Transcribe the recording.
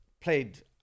played